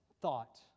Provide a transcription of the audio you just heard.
thought